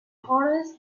horace